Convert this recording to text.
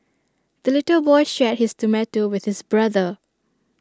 the little boy shared his tomato with his brother